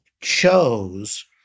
chose